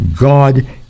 God